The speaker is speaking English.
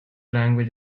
language